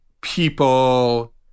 people